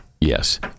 Yes